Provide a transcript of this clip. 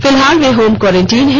फिलहाल वे home quarantine हैं